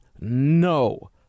no